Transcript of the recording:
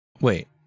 Wait